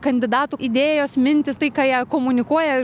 kandidatų idėjos mintys tai ką jie komunikuoja